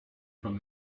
from